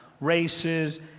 races